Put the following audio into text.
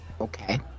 okay